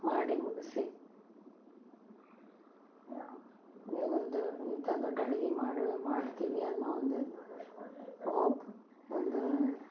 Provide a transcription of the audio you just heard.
ಮಾಡಿ ಮುಗಿಸಿ ಈ ಒಂದು ಇಂತ ದೊಡ್ಡ ಅಡುಗೆ ಮಾಡೇ ಮಾಡ್ತೀವಿ ಅನ್ನೋ ಒಂದು ಓಪ್ ಒಂದು